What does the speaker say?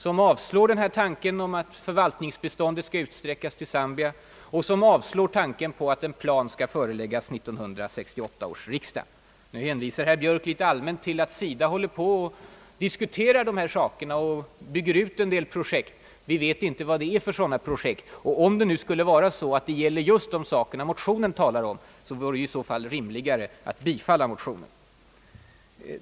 Man avslår tanken på att förvaltningsbiståndet skall utsträckas till Zambia. Och man säger också nej till förslaget att en plan skall föreläggas 1968 års riksdag. Nu hänvisar herr Björk litet allmänt till att SIDA håller på att diskutera dessa saker och är i färd med att bygga ut en del projekt. Men vi har inte fått veta vilka projekt det är fråga om. Om det gäller just de projekt som berörs i motionen, vore det i så fall rimligare att bifalla den.